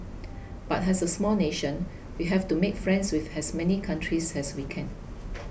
but as a small nation we have to make friends with as many countries as we can